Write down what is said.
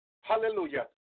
hallelujah